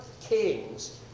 kings